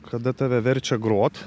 kada tave verčia grot